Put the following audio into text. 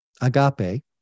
agape